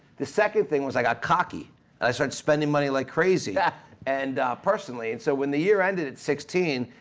the second thing was i got cocky and i started spending money like crazy ah and personally, and so when the year ended at sixteen,